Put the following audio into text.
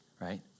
right